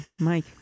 Mike